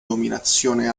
dominazione